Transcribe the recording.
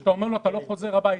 שהוא לא חוזר הביתה.